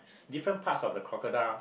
different parts of the crocodiles